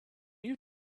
you